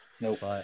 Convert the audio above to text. Nope